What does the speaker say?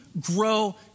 grow